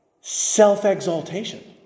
Self-exaltation